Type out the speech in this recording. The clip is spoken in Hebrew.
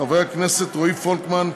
חברי הכנסת רועי פולקמן,